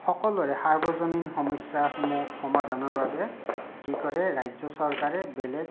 সকলোৰে সাৰ্বজনীন সমস্যাসমূহ সমাধানৰ বাবে কি কৰে ৰাজ্য চৰকাৰে বেলেগ